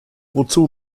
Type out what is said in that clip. wozu